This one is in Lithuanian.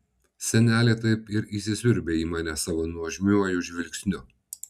senelė taip ir įsisiurbė į mane savo nuožmiuoju žvilgsniu